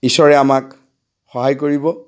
ঈশ্বৰে আমাক সহায় কৰিব